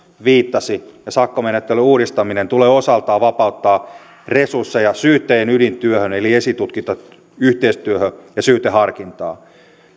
viittasi ja sakkomenettelyn uudistaminen tulevat osaltaan vapauttamaan resursseja syyttäjien ydintyöhön eli esitutkintayhteistyöhön ja syyteharkintaan